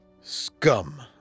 Scum